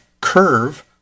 curve